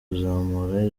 kuzamura